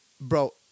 bro